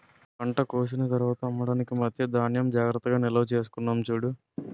పంట కోసిన తర్వాత అమ్మడానికి మధ్యా ధాన్యం జాగ్రత్తగా నిల్వచేసుకున్నాం చూడు